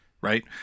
right